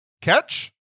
Catch